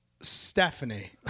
Stephanie